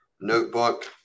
notebook